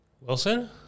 Wilson